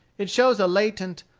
it shows a latent,